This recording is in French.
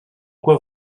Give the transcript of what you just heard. quoi